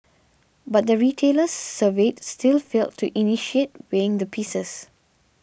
but the retailers surveyed still failed to initiate weighing the pieces